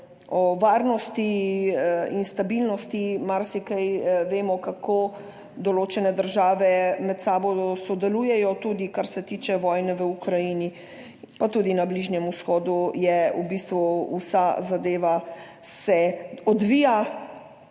o varnosti in stabilnosti marsikaj vemo kako določene države med sabo sodelujejo, tudi kar se tiče vojne v Ukrajini pa tudi na Bližnjem vzhodu je v bistvu vsa zadeva se odvija